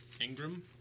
Ingram